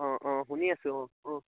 অঁ অঁ শুনি আছো অঁ অঁ